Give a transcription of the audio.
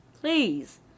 Please